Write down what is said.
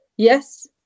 Yes